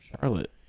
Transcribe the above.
Charlotte